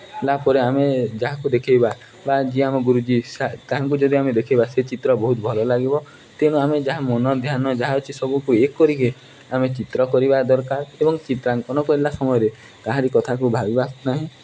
ହେଲାପରେ ଆମେ ଯାହାକୁ ଦେଖେଇବା ବା ଯିଏ ଆମ ଗୁରୁଜୀ ତାହାଙ୍କୁ ଯଦି ଆମେ ଦେଖେଇବା ସେ ଚିତ୍ର ବହୁତ ଭଲ ଲାଗିବ ତେଣୁ ଆମେ ଯାହା ମନ ଧ୍ୟାନ ଯାହା ଅଛି ସବୁକୁ ଏକ କରିକି ଆମେ ଚିତ୍ର କରିବା ଦରକାର ଏବଂ ଚିତ୍ରାଙ୍କନ କରିଲା ସମୟରେ କାହାରି କଥାକୁ ଭାବିବା ନାହିଁ